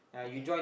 okay